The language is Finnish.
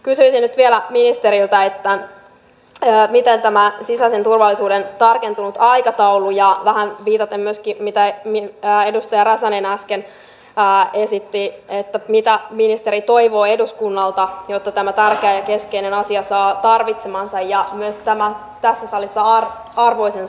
kysyisin nyt vielä ministeriltä mikä on tämä sisäisen turvallisuuden tarkentunut aikataulu ja vähän viitaten myöskin siihen mitä edustaja räsänen äsken esitti mitä ministeri toivoo eduskunnalta jotta tämä tärkeä ja keskeinen asia saa tarvitsemansa ja myös tässä salissa arvoisensa huomion